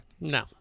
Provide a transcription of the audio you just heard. no